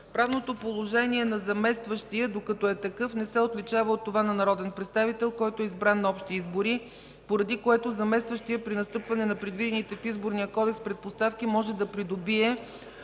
Правното положение на заместващия, докато е такъв, не се отличава от това на народен представител, който е избран на общи избори, поради което заместващият при настъпване на предвидените в Изборния кодекс предпоставки може да придобие